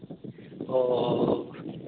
ᱚᱻ